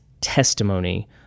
testimony